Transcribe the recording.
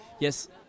Yes